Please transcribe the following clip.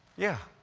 yeah.